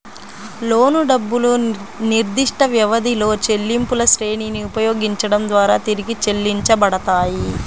లోను డబ్బులు నిర్దిష్టవ్యవధిలో చెల్లింపులశ్రేణిని ఉపయోగించడం ద్వారా తిరిగి చెల్లించబడతాయి